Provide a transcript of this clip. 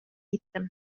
gittim